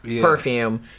perfume